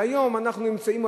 והיום אנחנו נמצאים,